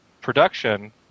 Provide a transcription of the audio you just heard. production